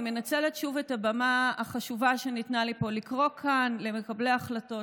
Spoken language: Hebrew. אני מנצלת שוב את הבמה החשובה שניתנה לי פה לקרוא כאן למקבלי ההחלטות,